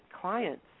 clients